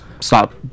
stop